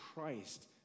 Christ